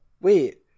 Wait